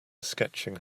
sketching